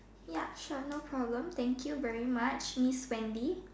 ya sure no problem thank you very much miss Wendy